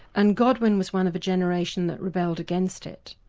and godwin was one of a generation that rebelled against it.